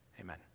amen